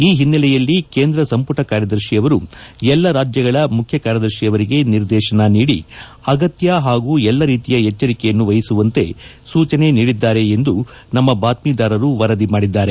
ಈ ಹಿನ್ನೆಲೆಯಲ್ಲಿ ಕೇಂದ್ರ ಸಂಪುಟ ಕಾರ್ಯದರ್ಶಿ ಅವರು ಎಲ್ಲ ರಾಜ್ಯಗಳ ಮುಖ್ಯ ಕಾರ್ಯದರ್ಶಿ ಅವರಿಗೆ ನಿರ್ದೇಶನ ನೀಡಿ ಅಗತ್ಯ ಹಾಗೂ ಎಲ್ಲ ರೀತಿಯ ಎಚ್ಚರಿಕೆಯನ್ನು ವಹಿಸುವಂತೆ ನಿರ್ದೇಶನ ನೀಡಿದ್ದಾರೆ ಎಂದು ನಮ್ಮ ಬಾತ್ಮೀದಾರರು ವರದಿ ಮಾಡಿದ್ದಾರೆ